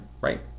right